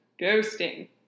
ghosting